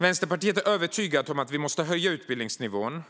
Vänsterpartiet är övertygat om att vi måste höja utbildningsnivån